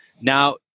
now